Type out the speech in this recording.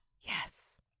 Yes